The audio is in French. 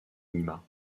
lima